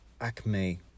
acme